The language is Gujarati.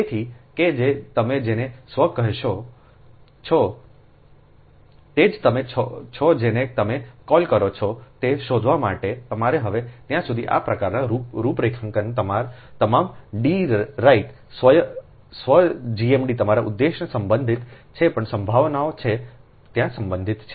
તેથી કે જે તમે જેને સ્વ કહેશો છો તે જ તમે છો જેને તમે ક callલ કરો છો તે શોધવા માટે તમારે હવે ત્યાં સુધી આ પ્રકારની રૂપરેખાંકનની તમામ D રાઇટ સ્વ GMD તમારા ઉદ્દેશન સંબંધિત જે પણ સંભાવનાઓ છે ત્યાં સંબંધિત છે